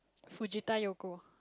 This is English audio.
Fujita Yoko